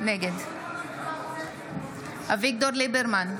נגד אביגדור ליברמן,